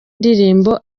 ndirimbo